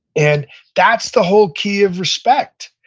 and that's the whole key of respect,